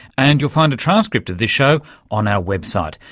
and you'll find a transcript of this show on our website.